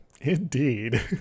indeed